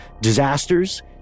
disasters